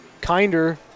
kinder